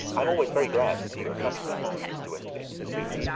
i am always very glad to see your countrymen, mr. westgate pursued.